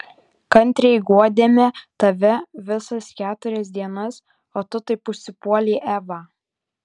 kantriai guodėme tave visas keturias dienas o tu taip užsipuolei evą